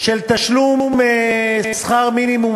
של תשלום שכר מינימום,